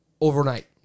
overnight